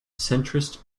centrist